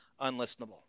unlistenable